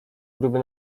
gruby